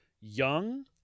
young